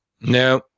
No